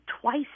twice